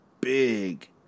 big